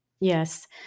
Yes